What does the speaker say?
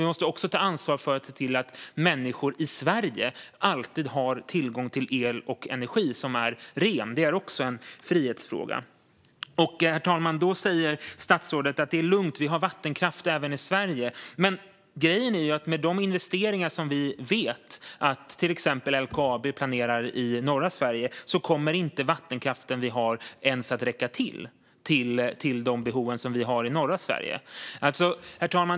Vi måste också ta ansvar för och se till att människor i Sverige alltid har tillgång till el och energi som är ren. Det är också en frihetsfråga. Herr talman! Då säger statsrådet att det är lugnt, för vi har vattenkraft även i Sverige. Men grejen är att med de investeringar som vi vet att till exempel LKAB planerar i norra Sverige kommer inte vår vattenkraft ens att räcka till norra Sveriges behov.